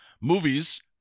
Movies